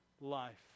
life